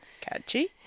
Catchy